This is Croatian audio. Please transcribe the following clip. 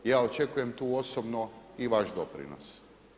Ja očekujem tu osobno i vaš doprinos.